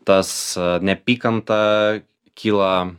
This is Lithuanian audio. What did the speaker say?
tas neapykanta kyla